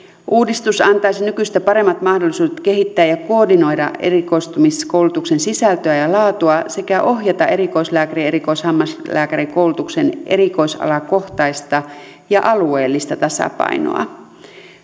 uudistus antaisi nykyistä paremmat mahdollisuudet kehittää ja koordinoida erikoistumiskoulutuksen sisältöä ja laatua sekä ohjata erikoislääkäri ja erikoishammaslääkärikoulutuksen erikoisalakohtaista ja alueellista tasapainoa